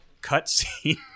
cutscene